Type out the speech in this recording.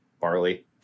barley